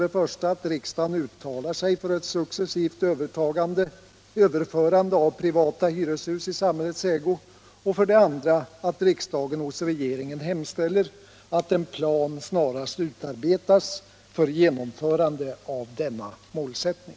1. att riksdagen uttalar sig för ett successivt överförande av privata hyreshus i samhällets ägo, 2. att riksdagen hos regeringen hemställer att en plan snarast utarbetas för genomförande av denna målsättning.